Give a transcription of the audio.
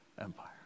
empire